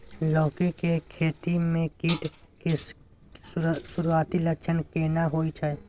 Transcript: लौकी के खेती मे कीट के सुरूआती लक्षण केना होय छै?